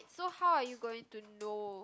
so how are you going to know